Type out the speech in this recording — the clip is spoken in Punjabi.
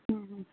ਹੁੰ ਹੁੰ